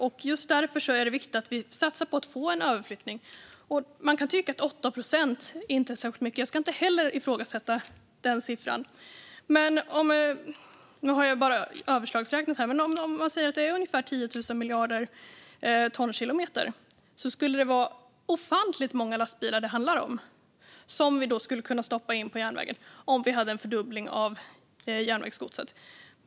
Just därför är det viktigt att vi satsar på att få en överflyttning. Man kan tycka att 8 procent inte är så mycket, och jag ska inte ifrågasätta den siffran. Men jag har överslagsräknat, och om vi har ungefär 10 000 miljarder tonkilometer är det ofantligt många lastbilslaster vi skulle kunna flytta över till järnvägen om vi fick en fördubbling av järnvägsgodset.